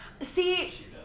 See